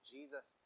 Jesus